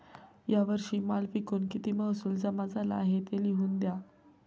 या वर्षी माल विकून किती महसूल जमा झाला आहे, ते लिहून द्या